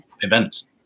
events